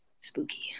Spooky